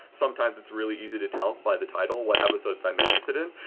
sometimes it's really easy to tell by the title what episodes i'm interested in,